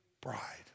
bride